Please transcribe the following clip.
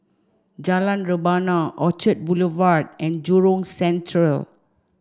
Jalan Rebana Orchard Boulevard and Jurong Central